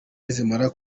nizimara